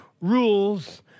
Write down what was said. rules